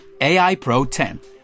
AIPRO10